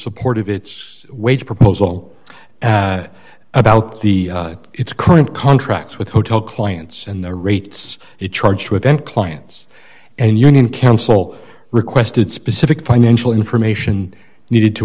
support of its wage proposal about the its current contracts with hotel clients and the rates he charged with end clients and union counsel requested specific financial information needed to